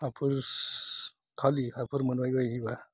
suppose खालि हाफोर मोनबाय बायोबा